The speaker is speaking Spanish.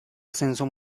ascenso